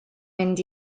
mynd